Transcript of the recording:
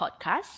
podcast